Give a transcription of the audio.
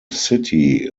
city